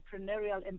entrepreneurial